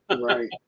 Right